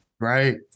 right